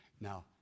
now